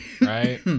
right